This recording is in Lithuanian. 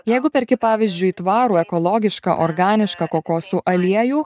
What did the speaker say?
jeigu perki pavyzdžiui tvarų ekologišką organišką kokosų aliejų